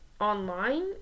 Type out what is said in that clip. online